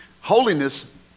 Holiness